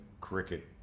cricket